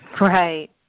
Right